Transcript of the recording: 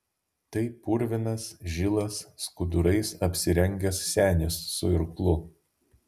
tai purvinas žilas skudurais apsirengęs senis su irklu